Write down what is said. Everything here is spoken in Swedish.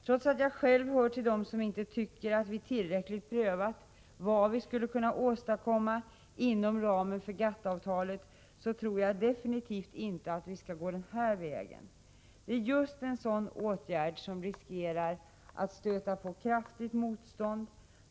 Trots att jag själv hör till dem som inte tycker att vi tillräckligt prövat vad vi skulle kunna åstadkomma inom ramen för GATT avtalet tror jag definitivt inte att vi skall gå den här vägen. Det är just en sådan åtgärd som riskerar att stöta på kraftigt motstånd.